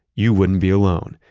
you wouldn't be alone.